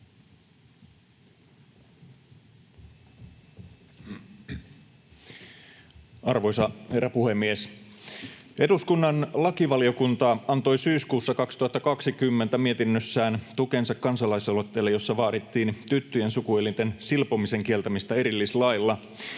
Arvoisa herra puhemies! Eduskunnan lakivaliokunta antoi syyskuussa 2020 mietinnössään tukensa kansalaisaloitteelle, jossa vaadittiin tyttöjen sukuelinten silpomisen kieltämistä erillislailla.